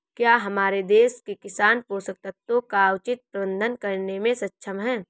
क्या हमारे देश के किसान पोषक तत्वों का उचित प्रबंधन करने में सक्षम हैं?